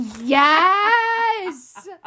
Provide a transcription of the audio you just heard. Yes